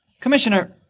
Commissioner